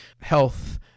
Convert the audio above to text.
health